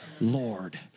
Lord